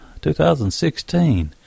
2016